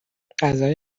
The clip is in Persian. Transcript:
غذای